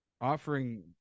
offering